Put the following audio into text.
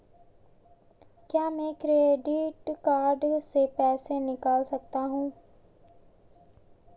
क्या मैं credit card से पैसे निकाल सकता हूँ?